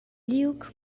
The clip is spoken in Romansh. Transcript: liug